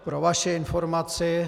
Pro vaši informaci...